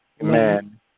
Amen